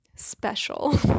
special